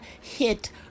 hit